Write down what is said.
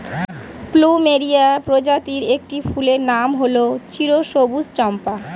plumeria প্রজাতির একটি ফুলের নাম হল চিরসবুজ চম্পা